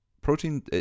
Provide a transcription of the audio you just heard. protein